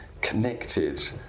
connected